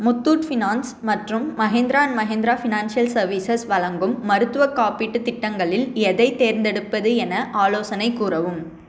Muthoot finance மற்றும் Mahindra and Mahindra financial services வழங்கும் மருத்துவக் காப்பீட்டுத் திட்டங்களில் எதைத் தேர்ந்தெடுப்பது என ஆலோசனை கூறவும்